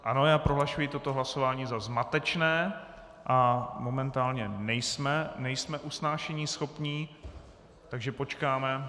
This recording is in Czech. Ano, já prohlašuji toto hlasování za zmatečné a momentálně nejsme usnášeníschopní, takže počkáme.